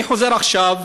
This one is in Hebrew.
אני חוזר עכשיו